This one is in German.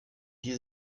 die